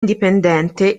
indipendente